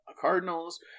Cardinals